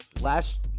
last